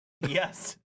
Yes